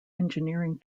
engineering